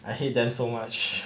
I hate them so much